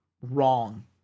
wrong